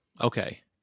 Okay